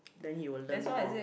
then he will learn more